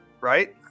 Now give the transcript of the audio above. right